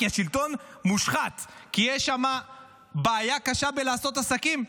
כי השלטון מושחת, כי יש שם בעיה קשה בלעשות עסקים.